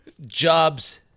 Jobs